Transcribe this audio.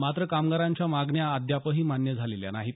मात्र कामगारांच्या मागण्या अद्यापही मान्य झालेल्या नाहीत